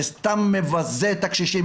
זה סתם מבזה את הקשישים,